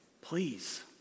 Please